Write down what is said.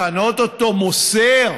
לכנות אותו "מוסר"?